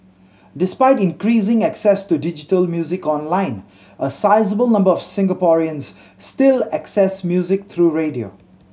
despite increasing access to digital music online a sizeable number of Singaporeans still access music through radio